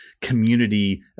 community